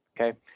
Okay